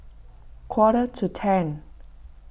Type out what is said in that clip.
quarter to ten